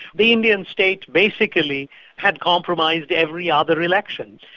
the indian state basically had compromised every other election,